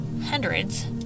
hundreds